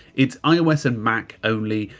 it's ios and mac only.